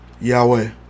Yahweh